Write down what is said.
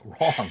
Wrong